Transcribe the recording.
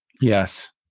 Yes